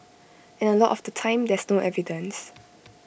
and A lot of the time there's no evidence